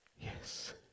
Yes